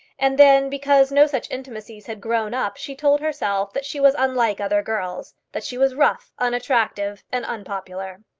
and then, because no such intimacies had grown up she told herself that she was unlike other girls that she was rough, unattractive, and unpopular.